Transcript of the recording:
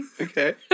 Okay